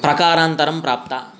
प्रकारान्तरं प्राप्ता